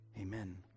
Amen